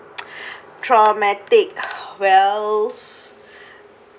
traumatic well